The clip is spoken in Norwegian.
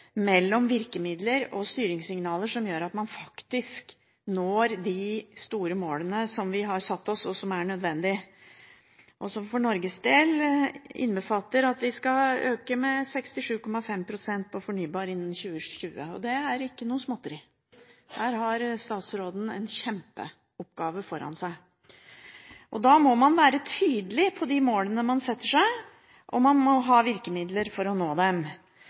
mellom virkemidler og styringssignaler som gjør at vi faktisk når de store målene som vi har satt oss, som er nødvendige, og som for Norges del innbefatter at vi skal øke fornybarandelen med 67,5 pst. innen 2020. Og det er ikke noe småtteri. Her har statsråden en kjempeoppgave foran seg. Da må man være tydelig på de målene man setter seg, og man må ha virkemidler for å nå dem.